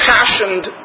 passioned